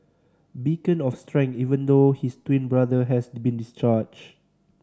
beacon of strength even though his twin brother has been discharged